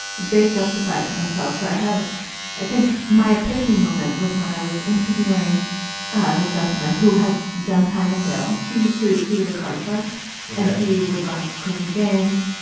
they justify it to themselves. so i had i think my epiphany moment was when i was interviewing this gentleman who had done time in jail. he used to he was a card shark and he would run crooked games.